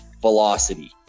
Velocity